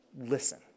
listen